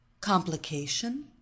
Complication